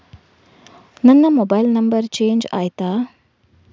ನನ್ನ mobile number change ಆಯ್ತಾ?